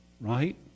right